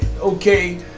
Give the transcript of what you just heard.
okay